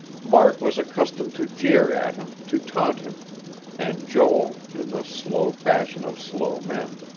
mark was accustomed to jeer at him, to taunt him and joel, in the slow fashion of slow men,